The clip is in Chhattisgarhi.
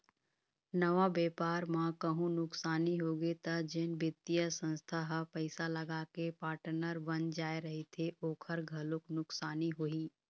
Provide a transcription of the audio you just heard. नवा बेपार म कहूँ नुकसानी होगे त जेन बित्तीय संस्था ह पइसा लगाके पार्टनर बन जाय रहिथे ओखर घलोक नुकसानी होही